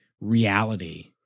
reality